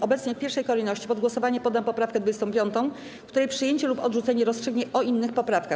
Obecnie w pierwszej kolejności pod głosowanie poddam poprawkę 25., której przyjęcie lub odrzucenie rozstrzygnie o innych poprawkach.